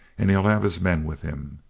and he'll have his men with him.